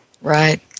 Right